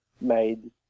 made